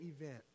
event